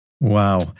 Wow